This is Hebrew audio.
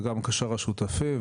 וגם כשאר השותפים,